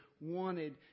wanted